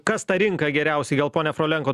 kas tą rinką geriausiai gal ponia frolenko